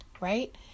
right